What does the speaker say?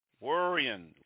worrying